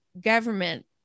government